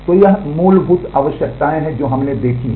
तो यह मूलभूत आवश्यकताएं हैं जो हमने देखी हैं